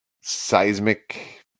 seismic